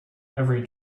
every